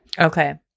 Okay